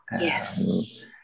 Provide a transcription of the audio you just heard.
yes